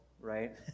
right